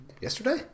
yesterday